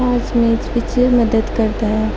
ਹਾਜਮੇ 'ਚ ਵਿੱਚ ਮਦਦ ਕਰਦਾ ਹੈ